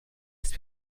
ist